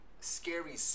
scary